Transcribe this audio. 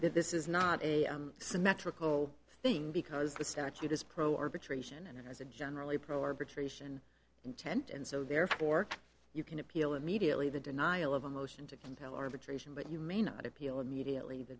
this is not a symmetrical thing because the statute is pro arbitration and it has a generally pro arbitration intent and so therefore you can appeal immediately the denial of a motion to compel arbitration but you may not appeal immediately the